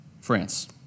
France